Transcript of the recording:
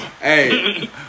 hey